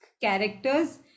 characters